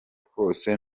kose